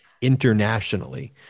internationally